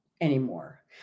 anymore